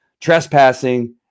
trespassing